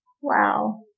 Wow